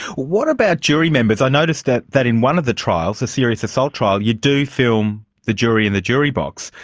what about jury members? i notice that that in one of the trials, a serious assault trial, you do film the jury in the jury box,